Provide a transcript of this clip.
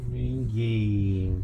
playing game